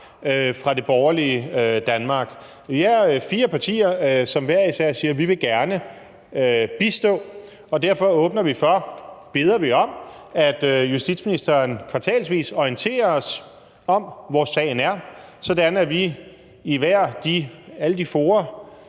fra det borgerlige Danmark. Vi er fire partier, som hver især siger, at vi gerne vil bistå, og derfor beder vi om, at justitsministeren kvartalsvis orienterer os om, hvor sagen er, sådan at vi i hvert af de